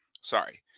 Sorry